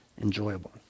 enjoyable